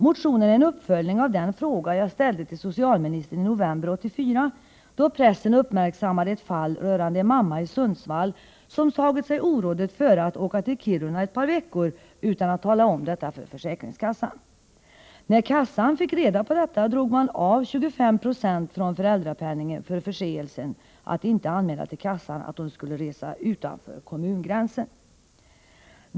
Motionen är en uppföljning av den fråga jag ställde till socialministern i november 1984, då pressen uppmärksammade ett fall rörande en mamma i Sundsvall, som ”tagit sig orådet före” att åka till Kiruna ett par veckor utan att tala om detta för försäkringskassan. När försäkringskassan fick reda på detta drog man av 25 Yo från föräldrapenningen för ”förseelsen” att inte anmäla till kassan att hon skulle resa utanför kommungränsen.